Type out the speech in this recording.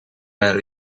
mijn